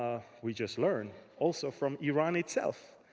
ah we just learned, also, from iran itself.